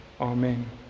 Amen